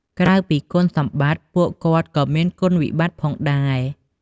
ក្រៅពីគុណសម្បត្តិ ពួកគាត់ក៏មានគុណវិបត្តិផងដែរ។